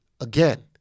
Again